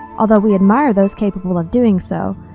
although we admire those capable of doing so,